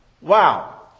Wow